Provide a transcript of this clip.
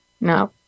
No